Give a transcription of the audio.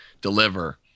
deliver